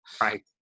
Right